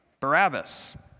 Barabbas